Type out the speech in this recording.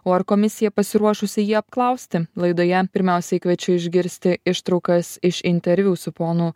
o ar komisija pasiruošusi jį apklausti laidoje pirmiausiai kviečiu išgirsti ištraukas iš interviu su ponu